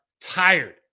tired